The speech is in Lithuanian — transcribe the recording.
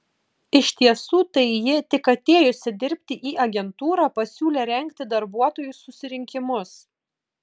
iš tiesų tai ji tik atėjusi dirbti į agentūrą pasiūlė rengti darbuotojų susirinkimus